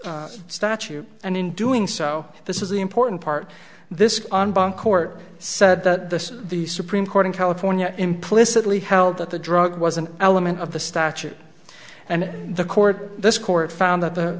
statute and in doing so this is the important part this court said that the supreme court in california implicitly held that the drug was an element of the statute and the court this court found that the